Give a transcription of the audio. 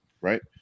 right